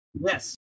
yes